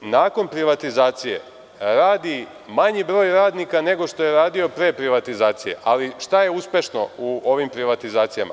nakon privatizacije radi manji broj radnika, nego što je radio pre privatizacije, ali šta je uspešno u ovim privatizacijama?